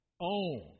own